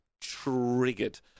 Triggered